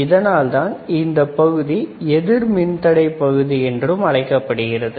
அதனால்தான் இந்தப் பகுதி எதிர் மின்தடை பகுதி என்றும் அழைக்கப்படுகிறது